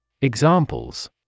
Examples